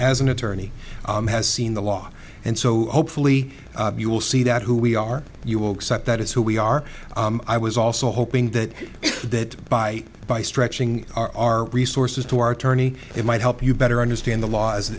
as an attorney has seen the law and so hopefully you will see that who we are you will accept that is who we are i was also hoping that that by by stretching our resources to our attorney it might help you better understand the law